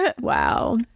Wow